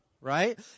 right